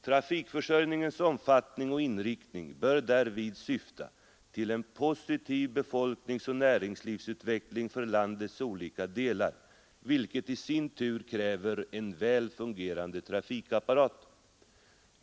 Trafikförsörjningens omfattning och inriktning bör därvid syfta till en positiv befolkningsoch näringslivsutveckling för landets olika delar, vilket i sin tur kräver en väl fungerande trafikapparat.